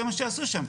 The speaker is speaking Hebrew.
זה מה שעשו שם.